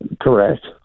Correct